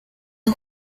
los